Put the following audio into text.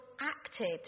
acted